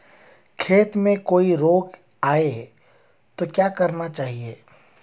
खेत में कोई रोग आये तो क्या करना चाहिए?